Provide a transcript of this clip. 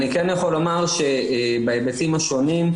אני כן יכול לומר, שבהיבטים השונים,